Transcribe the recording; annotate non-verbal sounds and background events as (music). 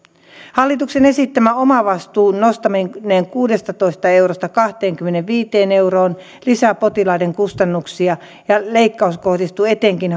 hallituksen esittämä matkakustannusten korvauksen omavastuun nostaminen kuudestatoista eurosta kahteenkymmeneenviiteen euroon lisää potilaiden kustannuksia ja leikkaus kohdistuu etenkin (unintelligible)